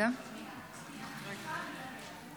(קוראת בשם חבר הכנסת)